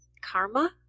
karma